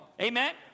amen